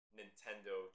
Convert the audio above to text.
nintendo